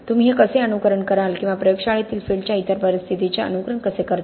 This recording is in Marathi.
तुम्ही हे कसे अनुकरण कराल किंवा प्रयोगशाळेतील फील्डच्या इतर परिस्थितींचे अनुकरण कसे करता